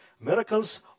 Miracles